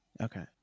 Okay